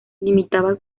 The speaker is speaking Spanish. limitaba